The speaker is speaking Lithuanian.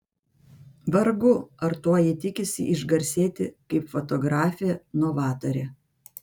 vargu ar tuo ji tikisi išgarsėti kaip fotografė novatorė